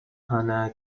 hana